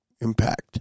impact